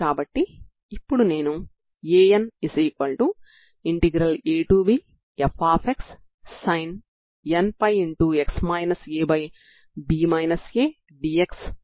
కాబట్టి ఇప్పటి వరకు మనం ఏమి చేసామో పునశ్చరణ చేద్దాం